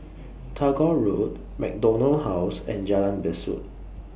Tagore Road MacDonald House and Jalan Besut